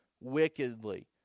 wickedly